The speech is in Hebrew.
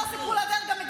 אתה תזדעזע, רם.